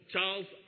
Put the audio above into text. Charles